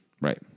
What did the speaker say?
Right